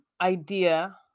idea